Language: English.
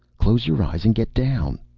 close your eyes and get down.